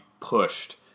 pushed